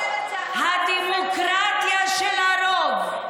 הדמוקרטיה של הרוב,